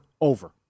over